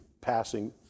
passing